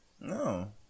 no